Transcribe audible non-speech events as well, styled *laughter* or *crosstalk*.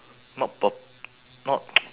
not p~ not *noise*